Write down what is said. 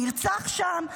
נרצח שם,